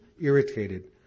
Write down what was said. irritated